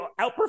outperform